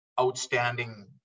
outstanding